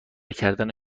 کردن